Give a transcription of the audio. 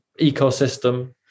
ecosystem